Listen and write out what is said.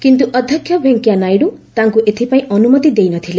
କିନ୍ତୁ ଅଧ୍ୟକ୍ଷ ଭେଙ୍କେୟା ନାଇଡୁ ତାଙ୍କୁ ଏଥିପାଇଁ ଅନୁମତି ଦେଇନଥିଲେ